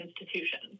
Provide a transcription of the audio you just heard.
institutions